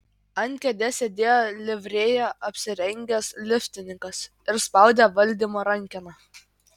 ant kėdės sėdėjo livrėja apsirengęs liftininkas ir spaudė valdymo rankeną